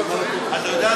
אתה יודע,